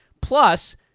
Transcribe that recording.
Plus